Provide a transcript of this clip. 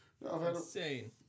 Insane